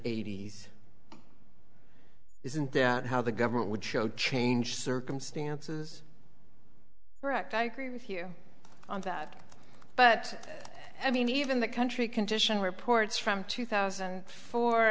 eighty's isn't that how the government would show change circumstances rect i agree with you on that but i mean even the country condition reports from two thousand